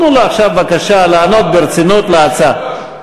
תנו עכשיו בבקשה לענות ברצינות להצעה.